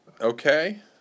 Okay